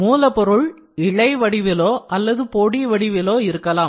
மூலப்பொருள் இழை வடிவிலோ அல்லது பொடி வடிவிலோ இருக்கலாம்